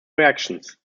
reactions